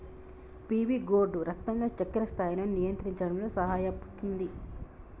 PV gourd రక్తంలో చక్కెర స్థాయిలను నియంత్రించడంలో సహాయపుతుంది